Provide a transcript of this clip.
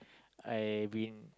I been